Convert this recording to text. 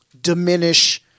diminish